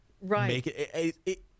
Right